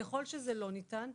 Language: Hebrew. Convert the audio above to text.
ככל שזה לא ניתן,